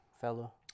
fellow